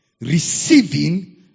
Receiving